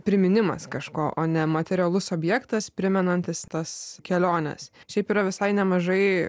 priminimas kažko o ne materialus objektas primenantis tas keliones šiaip yra visai nemažai